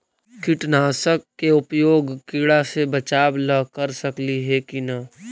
कीटनाशक के उपयोग किड़ा से बचाव ल कर सकली हे की न?